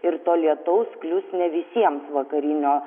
ir to lietaus klius ne visiems vakarinio